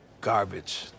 Garbage